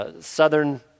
southern